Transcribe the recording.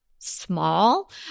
Small